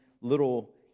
little